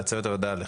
לצוות הוועדה,